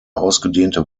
ausgedehnte